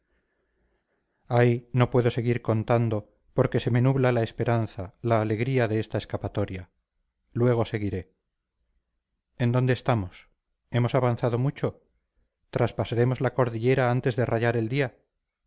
ay no puedo seguir contando porque se me nubla la esperanza la alegría de esta escapatoria luego seguiré en dónde estamos hemos avanzado mucho traspasaremos la cordillera antes de rayar el día